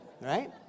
right